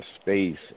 space